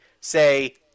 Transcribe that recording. say-